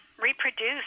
Reproduce